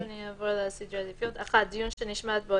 בהתאם לסדר העדיפויות שלהלן: (1)דיון שנשמעת בו